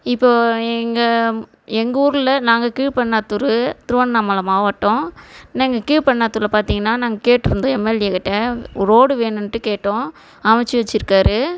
இப்போது எங்கள் எங்கள் ஊரில் நாங்கள் கீழ்பென்னாத்தூர் திருவண்ணாமலை மாவட்டம் நாங்கள் கீழ்பென்னாத்தூரில் பார்த்தீங்கன்னா நாங்கள் கேட்டிருந்தோம் எம்எல்ஏ கிட்டே ரோடு வேணுன்ட்டு கேட்டோம் அமைத்து வச்சுருக்குறாரு